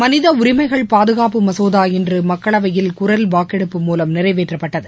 மனித உரிமைகள் பாதுகாப்பு மசோதா இன்று மக்களவையில் குரல் வாக்கெடுப்பு மூலம் நிறைவேற்றப்பட்டது